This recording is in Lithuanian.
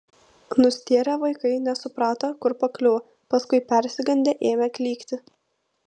nustėrę vaikai nesuprato kur pakliuvo paskui persigandę ėmė klykti